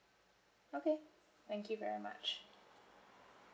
okay thank you very much